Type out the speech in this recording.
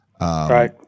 Right